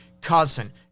cousin